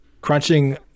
Crunching